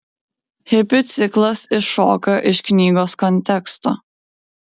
hipių ciklas iššoka iš knygos konteksto